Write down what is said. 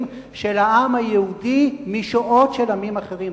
של העם היהודי משואות של עמים אחרים.